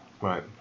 Right